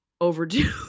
overdue